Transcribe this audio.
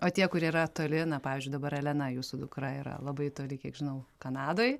o tie kur yra toli na pavyzdžiui dabar elena jūsų dukra yra labai toli kiek žinau kanadoj